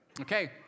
Okay